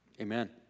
Amen